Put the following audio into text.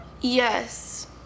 Yes